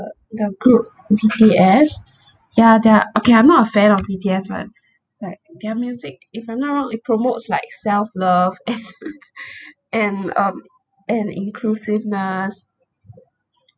the group B_T_S ya they're okay I'm not a fan of B_T_S but like their music if I'm not wrong it promotes like self-love and um and inclusiveness